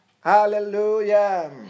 Hallelujah